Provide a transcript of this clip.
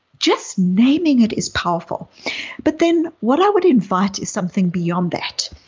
just naming it is powerful but then what i would invite is something beyond that,